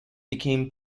became